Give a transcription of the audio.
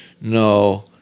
No